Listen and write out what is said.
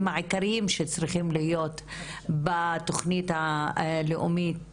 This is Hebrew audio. העיקריים שצריכים להיות בתוכנית הלאומית,